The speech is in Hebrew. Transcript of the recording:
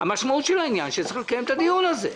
המשמעות של העניין היא שצריך לקיים את הדיון הזה.